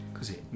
così